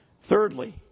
Thirdly